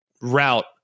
route